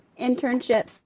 internships